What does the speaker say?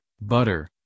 butter